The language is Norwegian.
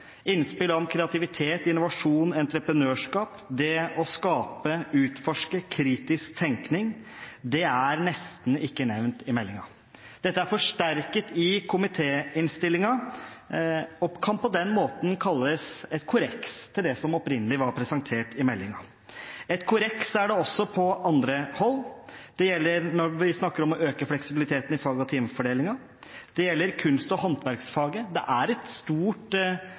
Innspill om kreativitet, innovasjon, entreprenørskap, det å skape og utforske og kritisk tenkning er nesten ikke nevnt i meldingen. Dette er forsterket i komitéinnstillingen og kan på den måten kalles en korreks til det som opprinnelig var presentert i meldingen. En korreks er det også på andre hold. Det gjelder når vi snakker om å øke fleksibiliteten i fag- og timefordelingen, det gjelder faget kunst og håndverk – det er